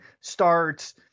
starts